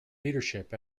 leadership